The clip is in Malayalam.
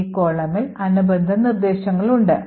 ഈ columnsൽ അനുബന്ധ നിർദ്ദേശങ്ങളുണ്ട്